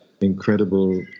incredible